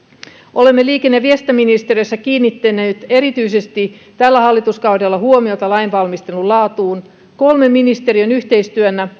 olemme liikenne ja viestintäministeriössä kiinnittäneet erityisesti tällä hallituskaudella huomiota lainvalmistelun laatuun kolmen ministeriön yhteistyönä